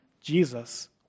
Jesus